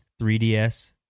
3DS